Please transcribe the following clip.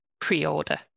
pre-order